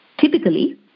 typically